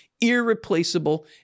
irreplaceable